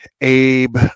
Abe